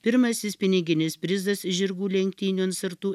pirmasis piniginis prizas žirgų lenktynių ant sartų